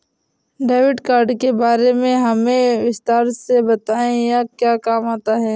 Debit card के बारे में हमें विस्तार से बताएं यह क्या काम आता है?